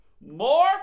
More